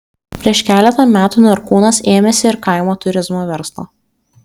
prieš keletą metų norkūnas ėmėsi ir kaimo turizmo verslo